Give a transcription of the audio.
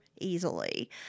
easily